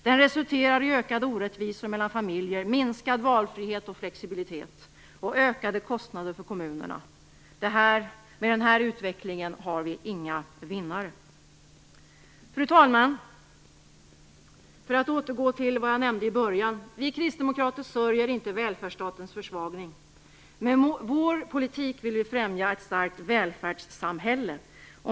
Den resulterar i ökade orättvisor mellan familjer, minskad valfrihet och flexibilitet och ökade kostnader för kommunerna. Med den här utvecklingen har vi inga vinnare. Fru talman! Låt mig återgå till det jag nämnde i början. Vi kristdemokrater sörjer inte välfärdsstatens försvagning. Med vår politik vill vi främja ett starkt välfärdssamhälle.